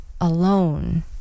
alone